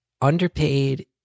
underpaid